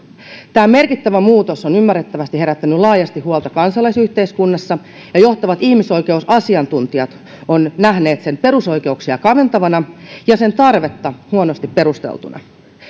tämä merkittävä muutos on ymmärrettävästi herättänyt laajasti huolta kansalaisyhteiskunnassa ja johtavat ihmisoikeusasiantuntijat ovat nähneet sen perusoikeuksia kaventavana ja sen tarvetta huonosti perusteltuna